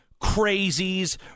crazies